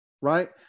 right